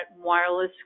wireless